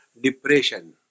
depression